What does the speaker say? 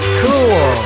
cool